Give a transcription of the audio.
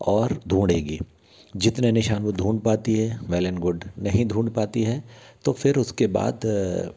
और ढूंढेगी जितने निशान को ढूंढ पाती है वेल एंड गुड नहीं ढूंढ पाती है तो फिर उसके बाद